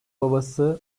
babası